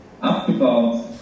abgebaut